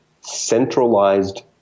centralized